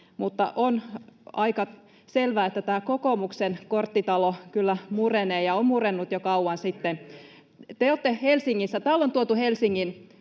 on aika selvää, että tämä kokoomuksen korttitalo kyllä murenee ja on murennut jo kauan sitten. [Ben Zyskowicz pyytää vastauspuheenvuoroa]